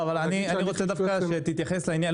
אני מבקש שתתייחס לעניין,